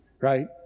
right